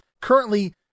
currently